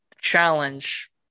challenge